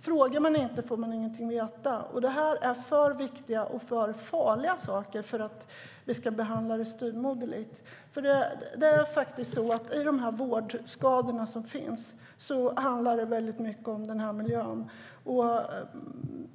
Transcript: Frågar man inte får man ingenting veta. Det här är för viktiga och för farliga saker för att vi ska behandla dem styvmoderligt. När det gäller vårdskadorna handlar det mycket om denna miljö.